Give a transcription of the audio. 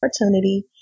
opportunity